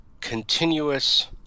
continuous